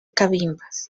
cabimas